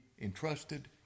entrusted